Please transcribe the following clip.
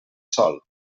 sol